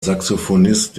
saxophonist